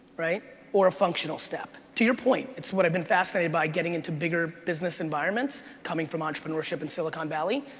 right? or a functional step. to your point, it's what i've been fascinated by, getting into bigger business environments, coming from entrepreneurship in silicon valley